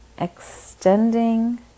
extending